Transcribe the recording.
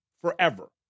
forever